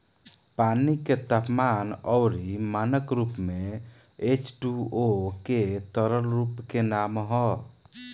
पानी के तापमान अउरी मानक रूप में एचटूओ के तरल रूप के नाम ह